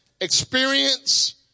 experience